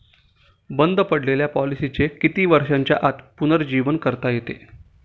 बंद पडलेल्या पॉलिसीचे किती वर्षांच्या आत पुनरुज्जीवन करता येते?